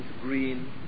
green